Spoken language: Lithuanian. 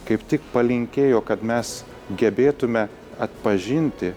kaip tik palinkėjo kad mes gebėtume atpažinti